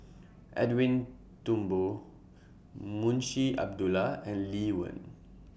Edwin Thumboo Munshi Abdullah and Lee Wen